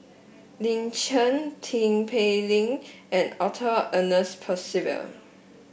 Lin Chen Tin Pei Ling and Arthur Ernest Percival